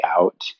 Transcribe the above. out